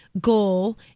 goal